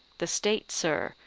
the state, sir,